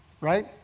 right